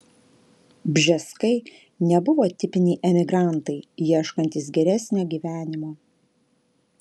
bžeskai nebuvo tipiniai emigrantai ieškantys geresnio gyvenimo